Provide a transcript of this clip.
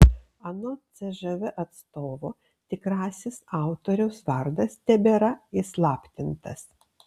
anot cžv atstovo tikrasis autoriaus vardas tebėra įslaptintas